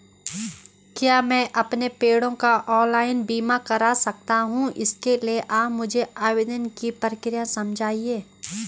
क्या मैं अपने पेड़ों का ऑनलाइन बीमा करा सकता हूँ इसके लिए आप मुझे आवेदन की प्रक्रिया समझाइए?